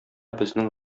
безнең